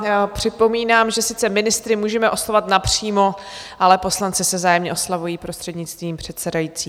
A připomínám, že sice ministry můžeme oslovovat napřímo, ale poslanci se vzájemně oslovují prostřednictvím předsedající.